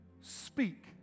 speak